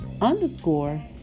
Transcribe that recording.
underscore